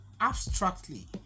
abstractly